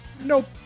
Nope